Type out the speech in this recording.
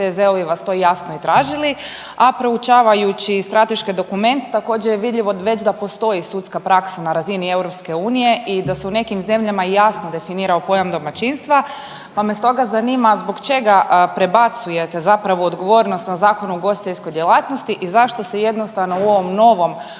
TZ-ovi vas to jasno i tražili, a proučavajući strateške dokumente, također, je vidljivo već da postoji sudska praksa na razini EU i da se u nekim zemljama jasno definirao pojam domaćinstva, pa me stoga zanima zbog čega prebacujete zapravo odgovornost na Zakon o ugostiteljskoj djelatnosti i zašto se jednostavno u ovom novom